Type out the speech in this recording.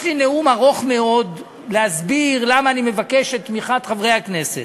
יש לי נאום ארוך מאוד להסביר למה אני מבקש את תמיכת חברי הכנסת,